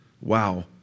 Wow